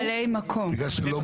ממלאי המקום.